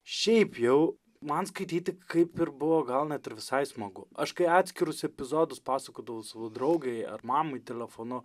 šiaip jau man skaityti kaip ir buvo gal net ir visai smagu aš kai atskirus epizodus pasakodavau savo draugei ar mamai telefonu